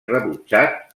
rebutjat